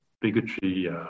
bigotry